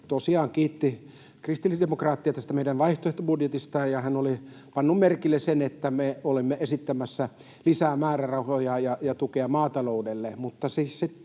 kiitti kristillisdemokraatteja tästä meidän vaihtoehtobudjetistamme, ja hän oli pannut merkille sen, että me olemme esittämässä lisää määrärahoja ja tukea maataloudelle.